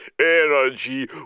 Energy